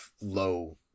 low